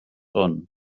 hwn